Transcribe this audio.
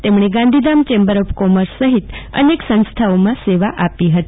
તેમણે Gandhidham chamber of commerce સફીત અનેક સંસ્થાઓમાં સૈવા આપી હતી